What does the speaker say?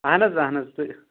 اَہن حظ اَہن حظ تہٕ